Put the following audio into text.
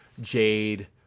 Jade